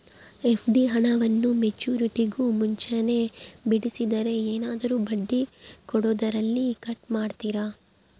FD ಹಣವನ್ನು ಮೆಚ್ಯೂರಿಟಿಗೂ ಮುಂಚೆನೇ ಬಿಡಿಸಿದರೆ ಏನಾದರೂ ಬಡ್ಡಿ ಕೊಡೋದರಲ್ಲಿ ಕಟ್ ಮಾಡ್ತೇರಾ?